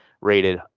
rated